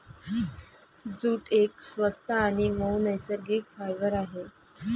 jute एक स्वस्त आणि मऊ नैसर्गिक फायबर आहे